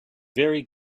very